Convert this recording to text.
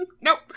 Nope